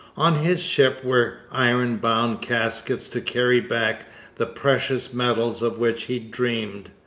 on his ship were iron-bound caskets to carry back the precious metals of which he dreamed,